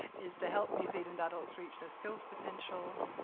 is to help new zealand adults reach their skills potential,